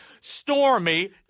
Stormy